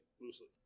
Loosely